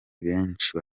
benshi